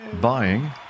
buying